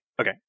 okay